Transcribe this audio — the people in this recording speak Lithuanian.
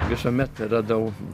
visuomet radau